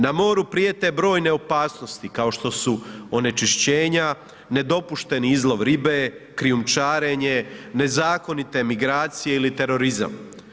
Na moru prijete brojne opasnosti kao što su onečišćenja, nedopušteni izlov ribe, krijumčarenje, nezakonite migracije ili terorizam.